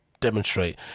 demonstrate